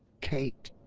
kate,